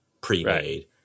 pre-made